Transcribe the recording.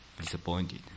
disappointed